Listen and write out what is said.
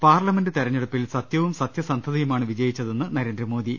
parliament തെരഞ്ഞെടുപ്പിൽ സത്യവും സത്യസന്ധതയുമാണ് വിജയിച്ചതെന്ന് ന്രേന്ദ്രമോദി